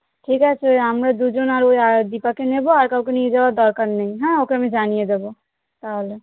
ঠিক আছে আমরা দুজনারই আর দীপাকে নেবো আর কাউকে নিয়ে যাওয়ার দরকার নেই হ্যাঁ ওকে আমি জানিয়ে দেবো তাহলে